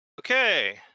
okay